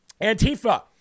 Antifa